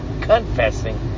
confessing